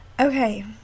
okay